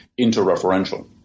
interreferential